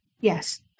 Yes